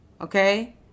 Okay